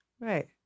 right